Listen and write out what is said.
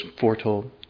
foretold